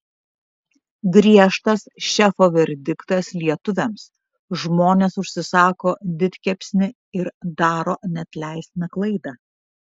griežtas šefo verdiktas lietuviams žmonės užsisako didkepsnį ir daro neatleistiną klaidą